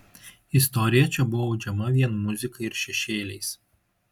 istorija čia buvo audžiama vien muzika ir šešėliais